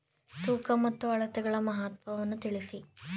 ತೂಕ ಮತ್ತು ಅಳತೆಗಳ ಮಹತ್ವವನ್ನು ತಿಳಿಸಿ?